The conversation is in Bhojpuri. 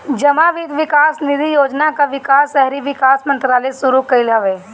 जमा वित्त विकास निधि योजना कअ विकास शहरी विकास मंत्रालय शुरू कईले हवे